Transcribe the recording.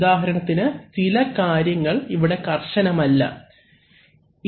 ഉദാഹരണത്തിന് ചില കാര്യങ്ങൾ ഇവിടെ കർശനം അല്ല ഇതിൻറെ SFC ഒന്നു നോക്കാം